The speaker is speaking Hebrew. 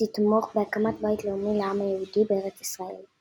תתמוך בהקמת בית לאומי לעם היהודי בארץ ישראל.